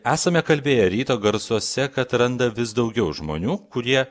esame kalbėję ryto garsuose kad randa vis daugiau žmonių kurie